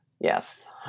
Yes